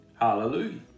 Hallelujah